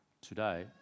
today